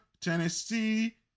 Tennessee